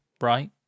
right